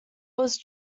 was